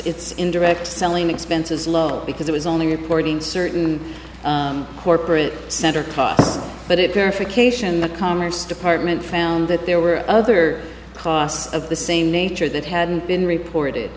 its indirect selling expenses low because it was only reporting certain corporate center cost but it perfectly ation the commerce department found that there were other costs of the same nature that hadn't been reported